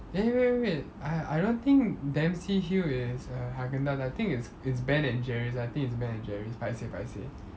eh wait wait wait I I don't think dempsey hill is uh Haagen-Dazs I think is it's Ben&Jerry's I think it's Ben&Jerry's paiseh paiseh